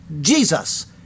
Jesus